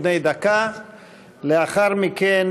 דב חנין,